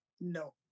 no